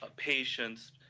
ah patience,